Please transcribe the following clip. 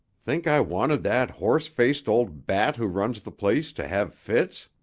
think i wanted that horse-faced old bat who runs the place to have fits?